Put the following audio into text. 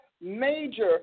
major